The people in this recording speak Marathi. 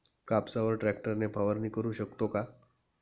कापसावर ट्रॅक्टर ने फवारणी करु शकतो का?